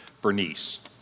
Bernice